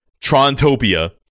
Trontopia